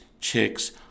chicks